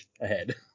ahead